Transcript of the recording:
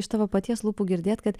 iš tavo paties lūpų girdėt kad